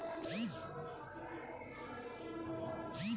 పత్తిఒక మృదువైన, మెత్తటిప్రధానఫైబర్ఇదిబోల్ లేదా రక్షిత కేస్లోమాలో కుటుంబం